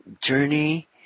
journey